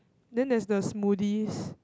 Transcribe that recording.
then there's the smoothies